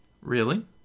Really